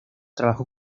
trabajó